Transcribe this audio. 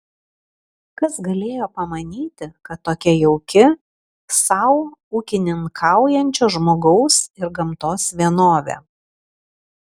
kas galėjo pamanyti kad tokia jauki sau ūkininkaujančio žmogaus ir gamtos vienovė